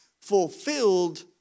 fulfilled